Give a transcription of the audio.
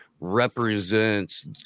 represents